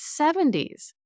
70s